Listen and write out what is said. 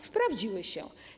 Sprawdziły się.